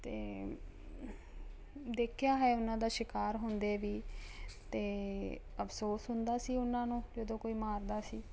ਅਤੇ ਦੇਖਿਆ ਹੈ ਉਨ੍ਹਾਂ ਦਾ ਸ਼ਿਕਾਰ ਹੁੰਦੇ ਵੀ ਅਤੇ ਅਫ਼ਸੋਸ ਹੁੰਦਾ ਸੀ ਉਨ੍ਹਾਂ ਨੂੰ ਜਦੋਂ ਕੋਈ ਮਾਰਦਾ ਸੀ